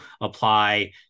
apply